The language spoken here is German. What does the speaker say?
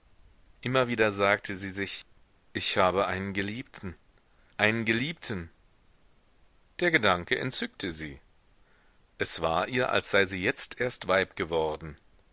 immer wieder sagte sie sich ich habe einen geliebten einen geliebten der gedanke entzückte sie es war ihr als sei sie jetzt erst weib geworden